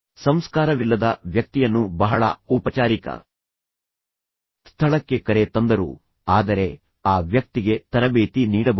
ಸಂಸ್ಕಾರವಿಲ್ಲದ ವ್ಯಕ್ತಿಯನ್ನು ಬಹಳ ಔಪಚಾರಿಕ ಸ್ಥಳಕ್ಕೆ ಕರೆ ತಂದರೂ ಆದರೆ ಆ ವ್ಯಕ್ತಿಗೆ ತರಬೇತಿ ನೀಡಬಹುದು